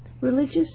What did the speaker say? religious